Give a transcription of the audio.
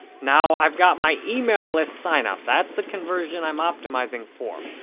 now, i've got my email list sign-up. that's the conversion i'm optimizing for.